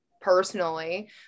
personally